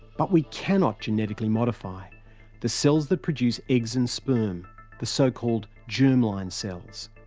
but we cannot genetically modify the cells that produce eggs and sperm the so-called germ-line cells.